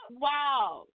wow